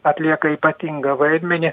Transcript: atlieka ypatingą vaidmenį